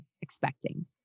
expecting